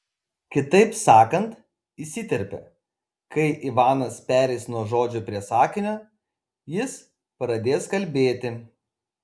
kitaip sakant įsiterpė kai ivanas pereis nuo žodžio prie sakinio jis pradės kalbėti